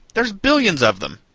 there's billions of them.